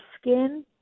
skin